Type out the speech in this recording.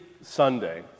Sunday